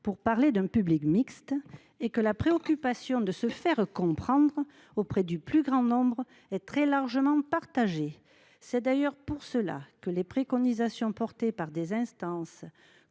pour évoquer un public mixte – et que la préoccupation d’être compris par le plus grand nombre est très largement partagée. C’est d’ailleurs pour cela que les préconisations défendues par des instances